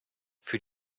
für